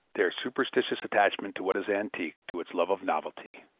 their superstitious attachment to what is antique to its love of novelty,